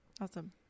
awesome